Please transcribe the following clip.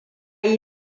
yi